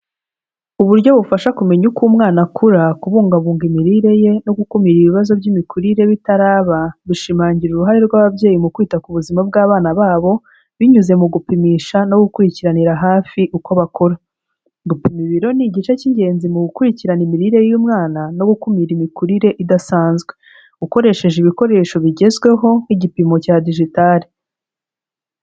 Uburyo bufasha kumenya uko umwana akura, kubungabunga imirire ye no gukumira ibibazo by'imikurire bitaraba, bishimangira uruhare rw'ababyeyi mu kwita ku buzima bw'abana babo, binyuze mu gupimisha no gukurikiranira hafi uko bakura, gupima ibiro ni igice cy'ingenzi mu gukurikirana imirire y'umwana no gukumira imikurire idasanzwe, ukoresheje ibikoresho bigezweho nk'igipimo cya dijitale.